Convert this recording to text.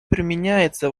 применяется